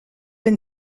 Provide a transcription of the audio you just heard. been